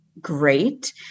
great